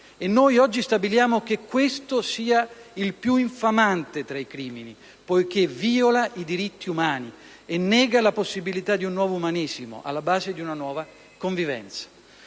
oggi noi stabiliamo che questo sia il più infamante tra i crimini poiché vìola i diritti umani e nega la possibilità di un nuovo umanesimo, alla base di una nuova convivenza,